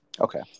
Okay